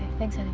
thanks,